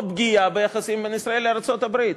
פגיעה ביחסים בין ישראל לארצות-הברית.